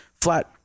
flat